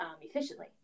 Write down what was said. efficiently